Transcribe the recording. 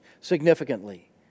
significantly